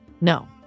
No